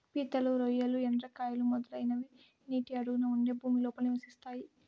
పీతలు, రొయ్యలు, ఎండ్రకాయలు, మొదలైనవి నీటి అడుగున ఉండే భూమి లోపల నివసిస్తాయి